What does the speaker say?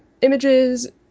images